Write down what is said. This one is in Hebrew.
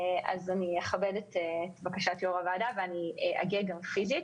אכבד את בקשת יושבת-ראש הוועדה ואגיע גם פיזית.